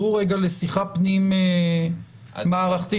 אבל מכיוון שיש לו רשימה ארוכה של נושאים שבגינם הוא כועס עליי,